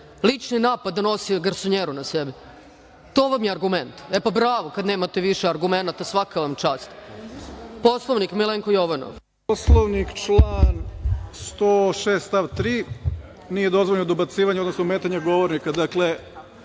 lični napad da nosi garsonjeru na sebi. To vam je argument. E, pa bravo kada nemate više argumenata, svaka vam čast. Poslovnik, Milenko Jovanov. **Milenko Jovanov** Član 106. stav 3 - nije dozvoljeno dobacivanje, odnosno ometanje govornika. Mi